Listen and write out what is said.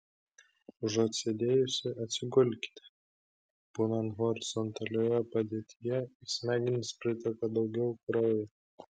užuot sėdėjusi atsigulkite būnant horizontalioje padėtyje į smegenis priteka daugiau kraujo